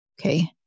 Okay